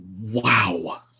Wow